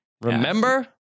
Remember